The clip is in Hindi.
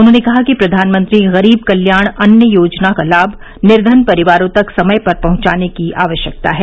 उन्होंने कहा कि प्रधानमंत्री गरीब कल्याण अन्न योजना का लाभ निर्धन परिवारों तक समय पर पहुंचाने की आवश्यकता है